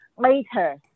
Later